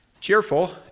Cheerful